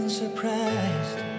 surprised